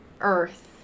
earth